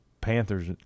Panthers –